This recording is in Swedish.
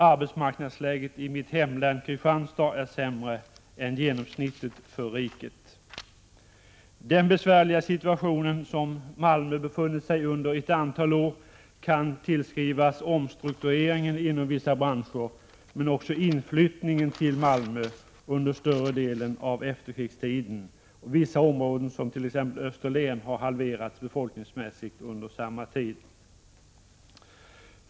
Arbetsmarknadsläget i mitt hemlän, Kristianstad, är sämre än genomsnittet för riket. Den besvärliga situation som Malmö befunnit sig i under ett antal år kan tillskrivas omstruktureringen inom vissa branscher men också inflyttningen till Malmö under större delen av efterkrigstiden. Vissa områden, t.ex. Österlen, har halverats befolkningsmässigt under samma tid.